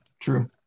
True